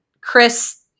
Chris